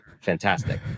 fantastic